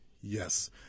yes